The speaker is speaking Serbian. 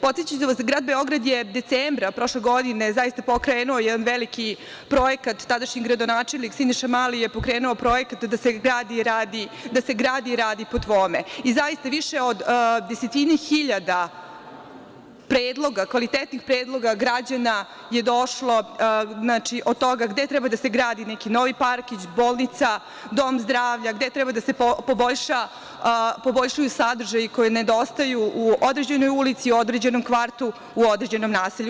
Podsetiću vas, grad Beograd je decembra prošle godine, zaista pokrenuo jedan veliki projekat, tadašnji gradonačelnik Siniša Mali je pokrenuo projekat „Da se gradi i radi po tvome.“ Zaista, više od desetine hiljada predloga, kvalitetnih predloga građana je došlo, od toga gde treba da se gradi neki novi parkić, bolnica, dom zdravlja, gde treba da se poboljšaju sadržaji koji nedostaju u određenoj ulici, određenom kvartu, u određenom naselju.